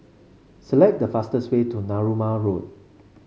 select the fastest way to Narooma Road